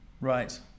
Right